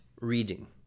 reading